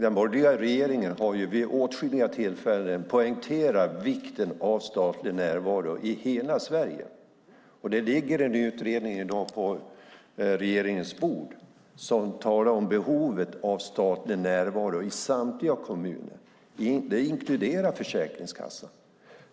Den borgerliga regeringen har vid åtskilliga tillfällen poängterat vikten av statlig närvaro i hela Sverige. Det ligger en utredning i dag på regeringens bord där man talar om behovet av statlig närvaro i samtliga kommuner. Det inkluderar Försäkringskassan.